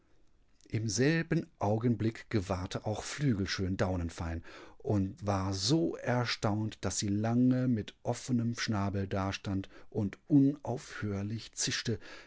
im selben augenblick gewahrte auch flügelschön daunenfein und war so erstaunt daß sie lange mit offenem schnabel dastand und unaufhörlich zischte